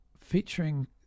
featuring